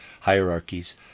hierarchies